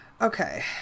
okay